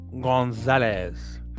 Gonzalez